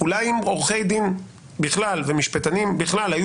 אולי אם עורכי דין בכלל ומשפטנים בכלל היו